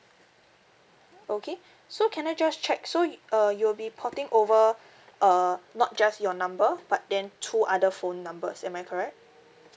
okay so can I just check so y~ uh you will be porting over uh not just your number but then two other phone numbers am I correct